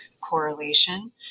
correlation